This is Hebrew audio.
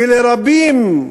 ולרבים,